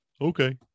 Okay